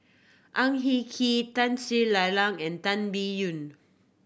Ang Hin Kee Tun Sri Lanang and Tan Biyun